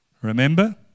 Remember